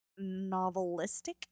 novelistic